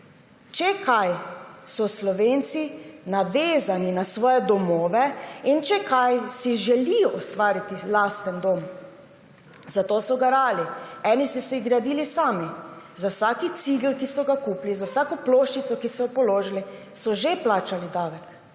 Če kaj, so Slovenci navezani na svoje domove, in če kaj, si želijo ustvariti lasten dom. Zato so garali. Eni so si gradili sami, za vsako opeko, ki so jo kupili, za vsako ploščico, ki so jo položili, so že plačali davek.